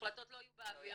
החלטות לא יהיו באוויר,